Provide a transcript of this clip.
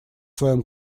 своем